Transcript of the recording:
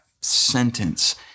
sentence